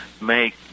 make